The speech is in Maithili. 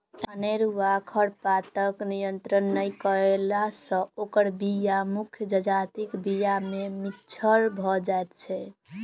अनेरूआ खरपातक नियंत्रण नै कयला सॅ ओकर बीया मुख्य जजातिक बीया मे मिज्झर भ जाइत छै